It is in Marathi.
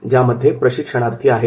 यामध्ये प्रशिक्षणार्थी आहेत